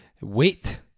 wait